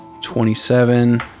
Twenty-seven